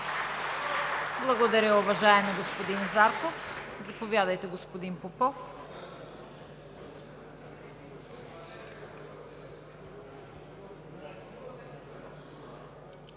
Благодаря, уважаеми господин Зарков. Заповядайте, господин Попов.